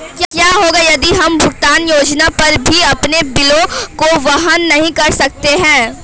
क्या होगा यदि हम भुगतान योजना पर भी अपने बिलों को वहन नहीं कर सकते हैं?